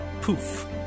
poof